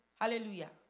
Hallelujah